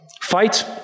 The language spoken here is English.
Fight